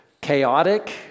chaotic